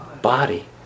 Body